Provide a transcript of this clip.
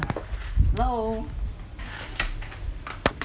hello